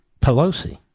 Pelosi